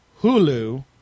Hulu